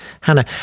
Hannah